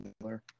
Miller